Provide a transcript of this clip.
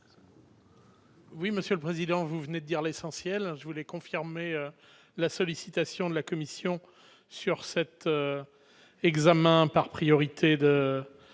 Oui, Monsieur le Président vous venez dire l'essentiel je voulais confirmer la sollicitation de la Commission sur cet examen par priorité de